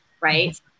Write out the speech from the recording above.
right